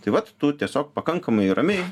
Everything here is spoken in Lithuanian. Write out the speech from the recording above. tai vat tu tiesiog pakankamai ramiai